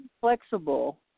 flexible